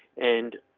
and.